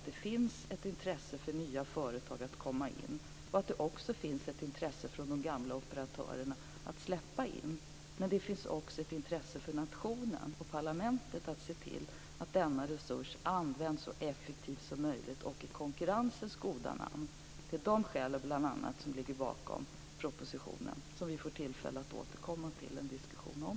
Det finns ett intresse hos nya företag att komma in och hos de gamla operatörerna att släppa in nya aktörer. Det finns också ett intresse hos nationen och parlamentet för att se till att denna resurs används så effektivt som möjligt och i konkurrensens goda namn. Det är bl.a. dessa skäl som ligger bakom propositionen som vi får tillfälle att återkomma till att föra en diskussion om.